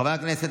חברי הכנסת,